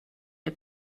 der